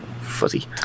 Fuzzy